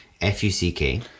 F-U-C-K